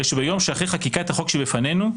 הרי שביום שאחרי חקיקת החוק שבפנינו,